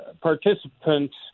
participants